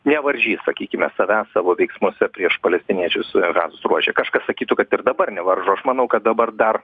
nevaržys sakykime savęs savo veiksmuose prieš palestiniečius gazos ruože kažkas sakytų kad ir dabar nevaržo aš manau kad dabar dar